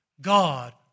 God